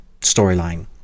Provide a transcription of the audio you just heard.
storyline